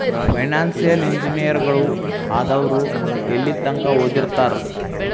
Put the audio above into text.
Financial ಇಂಜಿನಿಯರಗಳು ಆದವ್ರು ಯೆಲ್ಲಿತಂಕಾ ಓದಿರ್ತಾರ?